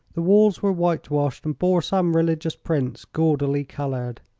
the walls were whitewashed and bore some religious prints, gaudily colored.